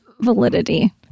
validity